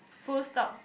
full stop